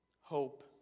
hope